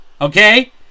okay